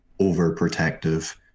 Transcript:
overprotective